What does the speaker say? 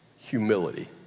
humility